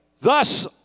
Thus